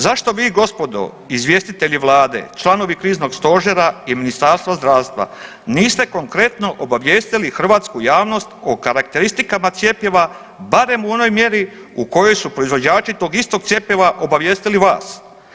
Zašto vi gospodo izvjestitelji vlade, članovi kriznog stožera i Ministarstva zdravstva niste konkretno obavijestili hrvatsku javnost o karakteristikama cjepiva barem u onoj mjeri u kojoj su proizvođači tog istog cjepiva obavijestili vas.